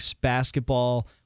basketball